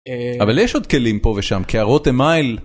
אבל יש עוד כלים פה ושם כערות המייל.